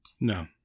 no